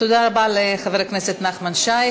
תודה רבה לחבר הכנסת נחמן שי.